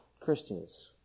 Christians